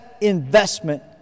investment